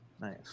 Nice